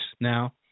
now